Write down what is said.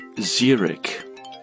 Zurich